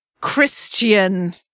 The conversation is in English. Christian